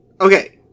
Okay